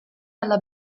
alla